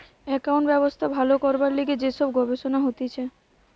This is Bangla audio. একাউন্টিং ব্যবস্থা ভালো করবার লিগে যে সব গবেষণা হতিছে